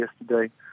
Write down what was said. yesterday